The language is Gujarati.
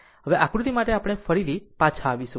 હવે આકૃતિ માટે આપણે પછી આવીશું